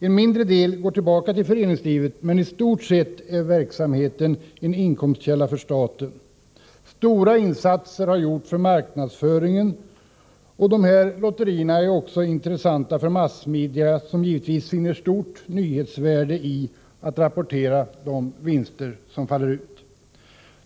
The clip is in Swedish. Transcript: En mindre del går tillbaka fill föreningslivet, men i stort sett är verksamheten en inkomstkälla för staten. Stora insatser har gjorts för marknadsföringen, och de här lotterierna är intressanta för massmedia, som givetvis finner stort nyhetsvärde i att rapportera de vinster som faller ut.